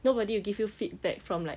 nobody will give you feedback from like